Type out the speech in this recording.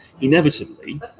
inevitably